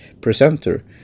presenter